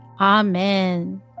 amen